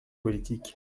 politique